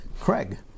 Craig